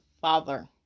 father